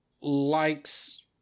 likes